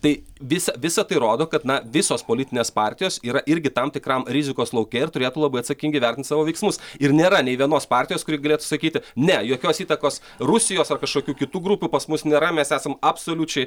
tai vis visa tai rodo kad na visos politinės partijos yra irgi tam tikram rizikos lauke ir turėtų labai atsakingai vertint savo veiksmus ir nėra nei vienos partijos kuri galėtų sakyti ne jokios įtakos rusijos ar kažkokių kitų grupių pas mus nėra mes esam absoliučiai